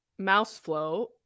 MouseFlow